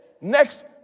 Next